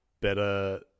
better